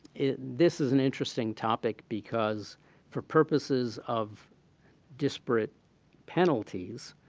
this is an interesting topic because for purposes of disparate penalties,